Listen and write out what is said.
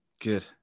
Good